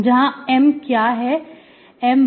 यहां M क्या है My1 y है